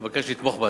אבקש לתמוך בהצעה.